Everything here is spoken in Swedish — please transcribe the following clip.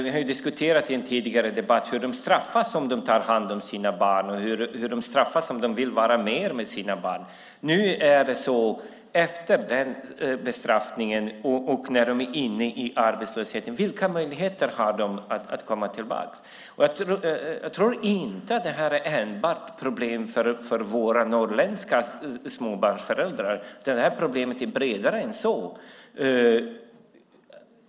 Vi har diskuterat i en tidigare debatt hur de straffas om de tar hand om sina barn och hur de straffas om de vill vara mer med sina barn. När de nu efter den bestraffningen är inne i arbetslösheten, vilka möjligheter har de då att komma tillbaka? Jag tror inte att det här enbart är ett problem för våra norrländska småbarnsföräldrar. Det här problemet är bredare än så.